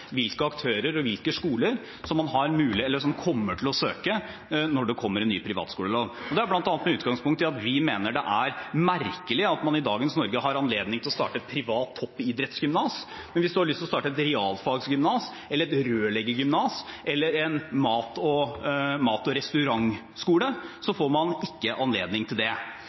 hvilke aktører og hvilke skoler som kommer til å søke når det kommer en ny privatskolelov. Det er bl.a. med utgangspunkt i at vi mener det er merkelig at man i dagens Norge har anledning til å starte et privat toppidrettsgymnas, men hvis man har lyst til å starte et realfaggymnas eller et rørleggergymnas eller en mat-og-restaurant-skole, får man ikke anledning til det. Det springende punktet her – det